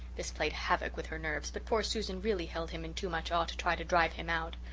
this played havoc with her nerves, but poor susan really held him in too much awe to try to drive him out.